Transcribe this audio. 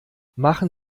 machen